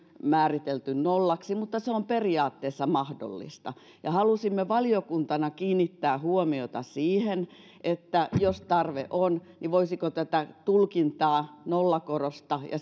määritelty nollaksi mutta se on periaatteessa mahdollista halusimme valiokuntana kiinnittää huomiota siihen että jos tarve on niin voisiko tätä tulkintaa nollakorosta ja